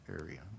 area